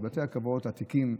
בתי קברות עתיקים,